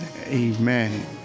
amen